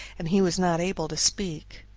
and he was not able to speak.